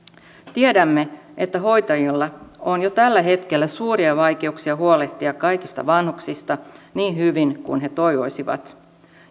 tiedämme että hoitajilla on jo tällä hetkellä suuria vaikeuksia huolehtia kaikista vanhuksista niin hyvin kuin he toivoisivat